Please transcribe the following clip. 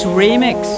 remix